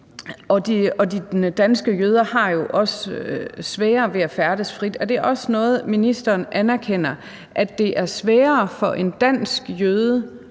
De danske jøder har jo også sværere ved at færdes frit. Er det også noget, ministeren anerkender – at det er sværere for en dansk jøde